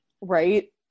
Right